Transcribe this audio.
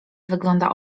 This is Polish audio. wygląda